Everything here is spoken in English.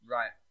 Right